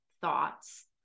thoughts